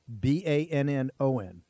B-A-N-N-O-N